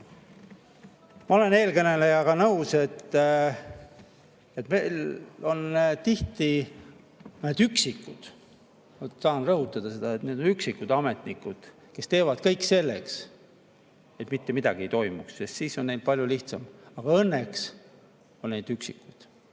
Ma olen eelkõnelejaga nõus, et meil on mõned üksikud – tahan rõhutada seda, et neid on üksikuid – ametnikud, kes teevad kõik selleks, et mitte midagi ei toimuks, sest siis on neil palju lihtsam. Aga õnneks on neid üksikuid.